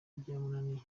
byamunaniye